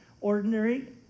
ordinary